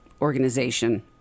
organization